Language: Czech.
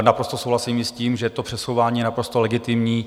Naprosto souhlasím i s tím, že to přesouvání je naprosto legitimní.